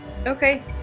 Okay